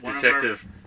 Detective